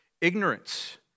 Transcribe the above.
ignorance